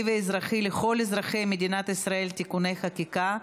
ואזרחי לכל אזרחי מדינת ישראל (תיקוני חקיקה),